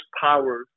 power